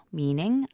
meaning